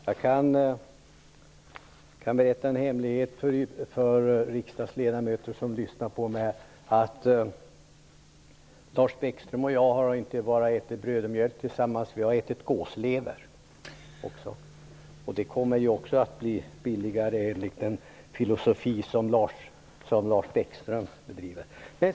Herr talman! Jag kan berätta en hemlighet för de riksdagsledamöter som nu lyssnar på mig. Lars Bäckström och jag har ätit inte bara bröd och mjölk utan också gåslever tillsammans. Också denna kommer ju att bli billigare genom den utveckling som Lars Bäckström tar upp.